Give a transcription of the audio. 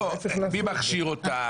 מי מכשיר אותם?